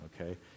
okay